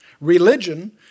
Religion